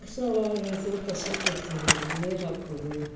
ಸವಾ ಬೆಳ್ಸುದು ಕಸ ಕೆತ್ತುದು ಅದ್ಕೆ ನೀರು ಹಾಕೋದು